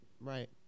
Right